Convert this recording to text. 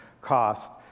cost